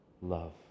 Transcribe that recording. love